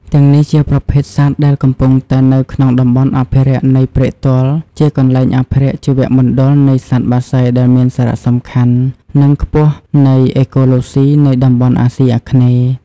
ទាំងនេះជាប្រភេទសត្វដែលកំពុងតែនៅក្នុងតំបន់អភិរក្សនៃព្រែកទាល់ជាកន្លែងអភិរក្សជីវមណ្ឌលនៃសត្វបក្សីដែលមានសារៈសំខាន់និងខ្ពស់នៃអេកូឡូសុីនៃតំបន់អាសុីអាគ្នេយ៍។